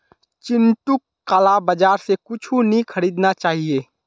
चिंटूक काला बाजार स कुछू नी खरीदना चाहिए